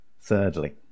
Thirdly